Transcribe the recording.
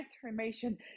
transformation